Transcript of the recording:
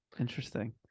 interesting